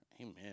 Amen